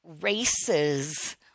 races